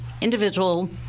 individual